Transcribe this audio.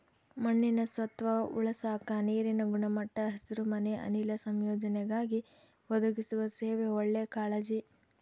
ಮಣ್ಣಿನ ಸತ್ವ ಉಳಸಾಕ ನೀರಿನ ಗುಣಮಟ್ಟ ಹಸಿರುಮನೆ ಅನಿಲ ಸಂಯೋಜನೆಗಾಗಿ ಒದಗಿಸುವ ಸೇವೆ ಒಳ್ಳೆ ಕಾಳಜಿ